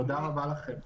תודה רבה לכם.